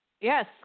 yes